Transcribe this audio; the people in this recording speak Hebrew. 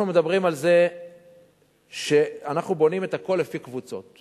אנחנו מדברים על זה שאנחנו בונים את הכול לפי קבוצות.